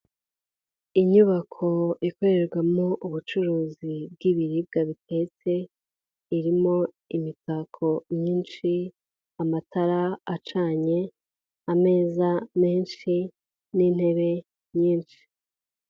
Inyubako ikorerwamo ubucuruzi bw'biribwa bitetse, irimo imitako myinshi, amatara acanye, ameza menshi, n'intebe nyinshi.